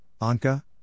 Anka